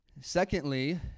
Secondly